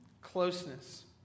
closeness